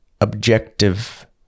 objective